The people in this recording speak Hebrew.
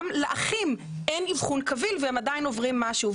גם לאחים אין אבחון כביל והם עדיין עוברים משהו.